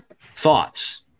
Thoughts